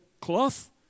Cloth